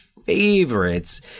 favorites